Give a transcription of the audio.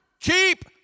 Keep